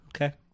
Okay